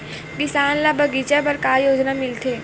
किसान ल बगीचा बर का योजना मिलथे?